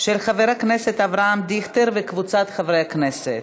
של חבר הכנסת אבי דיכטר וקבוצת חברי הכנסת.